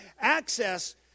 access